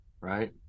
right